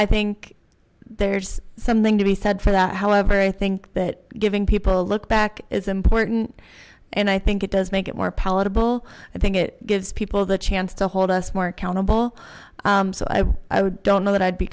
i think there's something to be said for that however i think that giving people a look back is important and i think it does make it more palatable i think it gives people the chance to hold us more accountable so i don't know that i'd be